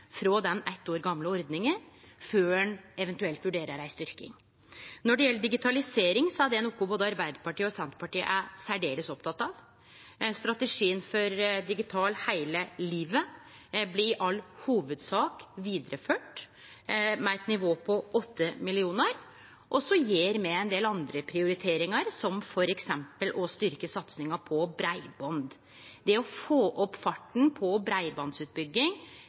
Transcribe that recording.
frå den eitt år gamle ordninga før ein eventuelt vurderer ei styrking. Når det gjeld digitalisering, er det noko både Arbeidarpartiet og Senterpartiet er særdeles opptekne av. Strategien «Digital hele livet» blir i all hovudsak vidareført, med eit nivå på 8 mill. kr, og så gjer me ein del andre prioriteringar, som f.eks. å styrkje satsinga på breiband. Det å få opp farten på breibandsutbygging